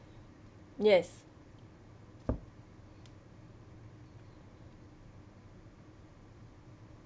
yes